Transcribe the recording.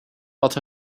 but